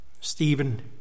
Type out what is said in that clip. Stephen